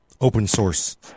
open-source